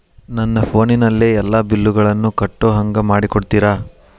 ನನ್ನ ಫೋನಿನಲ್ಲೇ ಎಲ್ಲಾ ಬಿಲ್ಲುಗಳನ್ನೂ ಕಟ್ಟೋ ಹಂಗ ಮಾಡಿಕೊಡ್ತೇರಾ?